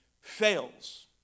fails